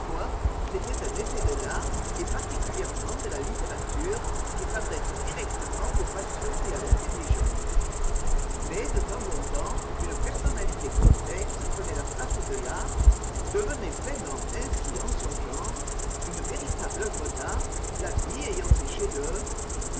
c'était un effet de l'art et particulièrement de la littérature qui s'adresse directement aux passions et à l'intelligence mais de temps en temps une personnalité complexe prenait la place de l'art devenait vraiment ainsi en son genre une véritable œuvre d'art la vie ayant ses chefs-d'œuvre